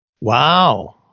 Wow